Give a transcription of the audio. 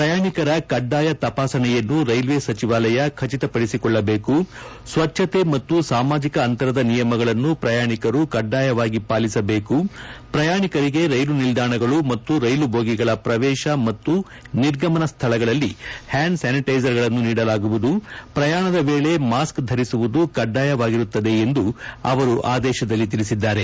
ಪ್ರಯಾಣಿಕರ ಕಡ್ಡಾಯ ತಪಾಸಣೆಯನ್ನು ರೈಲ್ವೆ ಸಚಿವಾಲಯ ಖಚಿತಪಡಿಸಿಕೊಳ್ಳಬೇಕು ಸ್ವಚ್ಛತೆ ಮತ್ತು ಸಾಮಾಜಿಕ ಅಂತರದ ನಿಯಮಗಳನ್ನು ಪ್ರಯಾಣಿಕರು ಕಡ್ಡಾಯವಾಗಿ ಪಾಲಿಸಬೇಕು ಪ್ರಯಾಣಿಕರಿಗೆ ರೈಲು ನಿಲ್ದಾಣಗಳು ಮತ್ತು ರೈಲು ಬೋಗಿಗಳ ಪ್ರವೇಶ ಮತ್ತು ನಿರ್ಗಮನ ಸ್ಥಳಗಳಲ್ಲಿ ಹ್ಕಾಂಡ್ ಸ್ಥಾನಿಟೈಸರ್ಗಳನ್ನು ನೀಡಲಾಗುವುದು ಪ್ರಯಾಣದ ವೇಳೆ ಮಾಸ್ಕ್ ಧರಿಸುವುದು ಕಡ್ಡಾಯವಾಗಿರುತ್ತದೆ ಎಂದು ಅವರು ಆದೇಶದಲ್ಲಿ ತಿಳಿಸಿದ್ದಾರೆ